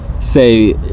say